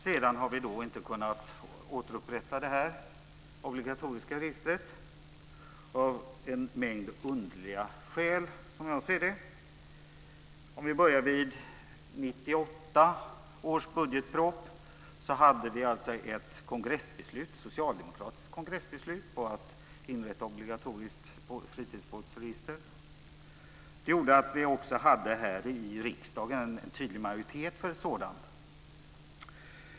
Sedan har vi inte kunnat återupprätta detta obligatoriska register av en mängd underliga - som jag ser det - skäl. Vi kan börja vid 1998 års budgetproposition. Då fanns ett socialdemokratiskt kongressbeslut om att inrätta ett obligatoriskt fritidsbåtsregister. Det gjorde att vi också här i riksdagen hade en tydlig majoritet för ett sådant.